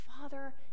father